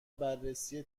بررسی